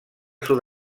sud